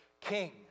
king